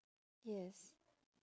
yes